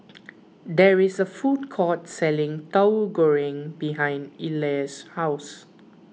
there is a food court selling Tahu Goreng behind Ellar's house